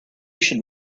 should